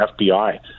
FBI